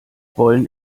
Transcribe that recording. wollen